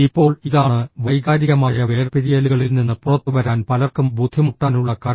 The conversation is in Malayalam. ഇപ്പോൾ ഇതാണ് വൈകാരികമായ വേർപിരിയലുകളിൽ നിന്ന് പുറത്തുവരാൻ പലർക്കും ബുദ്ധിമുട്ടാനുള്ള കാരണം